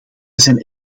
zijn